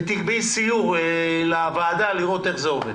ותקבעי סיור לוועדה לראות איך זה עובד.